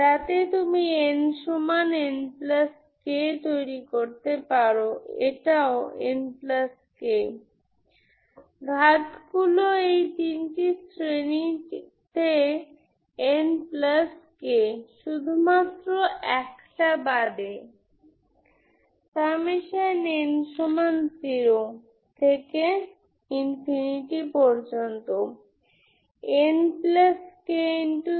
সুতরাং আমি এখন 0 1 2 3 থেকে n তৈরি করতে পারি আমার কাছেn4n22b a2 এগুলি হল ইগেনভ্যালুস এবং করেস্পন্ডিং ইগেনফাংশন্স হল সাইন এবং কোসাইন